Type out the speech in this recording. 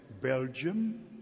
Belgium